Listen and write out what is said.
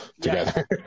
together